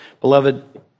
Beloved